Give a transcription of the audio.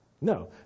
No